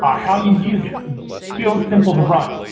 how you use it. it's still simple to run.